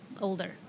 older